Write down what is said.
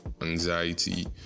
anxiety